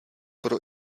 pro